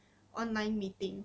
online meeting